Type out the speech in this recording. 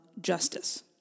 justice